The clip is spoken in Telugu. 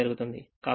కాబట్టి θ1